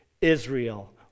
Israel